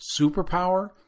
Superpower